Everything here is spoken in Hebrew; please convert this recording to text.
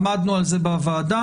עמדנו על זה בוועדה.